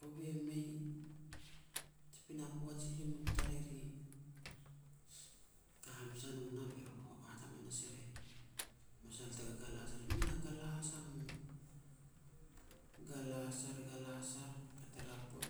Kove mei, ji pinapo a ji limut tariri. Ka hamas a no nah be ru e hat hamanas er masal te gagalas ar, mi na galas a mu. Galas ar, galas ar, kat er a box